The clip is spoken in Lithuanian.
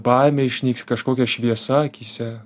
baimė išnyks kažkokia šviesa akyse